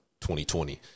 2020